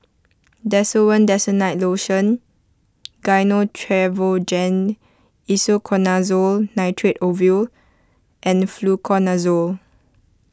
Desowen Desonide Lotion Gyno Travogen Isoconazole Nitrate Ovule and Fluconazole